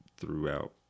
throughout